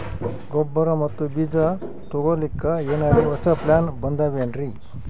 ಗೊಬ್ಬರ ಮತ್ತ ಬೀಜ ತೊಗೊಲಿಕ್ಕ ಎನರೆ ಹೊಸಾ ಪ್ಲಾನ ಬಂದಾವೆನ್ರಿ?